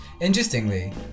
Interestingly